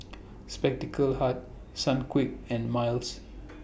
Spectacle Hut Sunquick and Miles